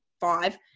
five